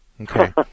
Okay